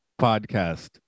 podcast